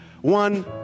one